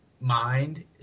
mind